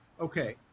okay